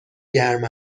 گرم